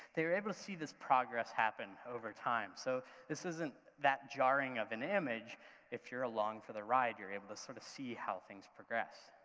they were able to see this progress happen over time. so this isn't that jarring of an image if you're along for the ride, you're able to sort of see how things progress.